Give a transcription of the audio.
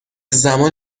زمان